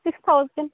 six thousand